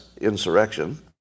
insurrection